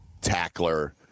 tackler